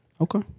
Okay